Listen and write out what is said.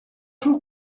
jours